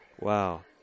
Wow